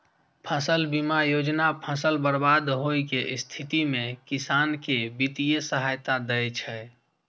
फसल बीमा योजना फसल बर्बाद होइ के स्थिति मे किसान कें वित्तीय सहायता दै छै